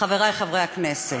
חברי חברי הכנסת,